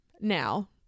now